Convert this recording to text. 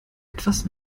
etwas